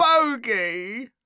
bogey